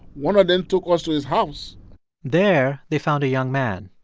one of them took us to his house there, they found a young man,